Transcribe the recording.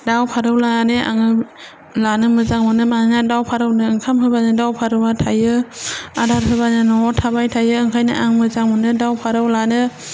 दाव फारौ लानानै आङो मोजां मोनो मानोना दाव फारौनो ओंखाम होनबानो दाव फारौआ थायो आदार होबानो न'आव थाबाय थायो ओंखायनो आं मोजां मोनो दाव फारौ लानो